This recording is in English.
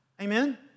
Amen